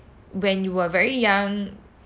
when you were very young